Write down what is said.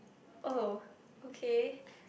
oh okay